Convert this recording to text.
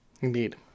Indeed